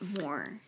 more